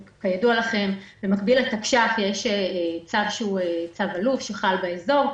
במקביל לתקש"ח יש צו אלוף שחל באזור.